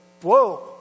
whoa